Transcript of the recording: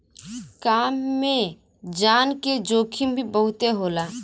काम में जान के जोखिम भी बहुते होला